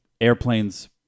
airplanes